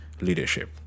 leadership